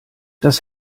das